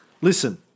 listen